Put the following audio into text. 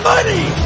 Money